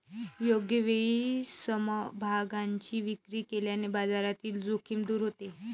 योग्य वेळी समभागांची विक्री केल्याने बाजारातील जोखीम दूर होते